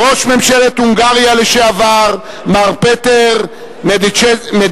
ראש ממשלת הונגריה לשעבר, מר פטר מדג'ייסי,